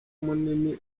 munini